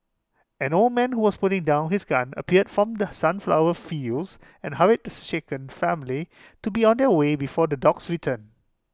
an old man who was putting down his gun appeared from the sunflower fields and hurried the shaken family to be on their way before the dogs return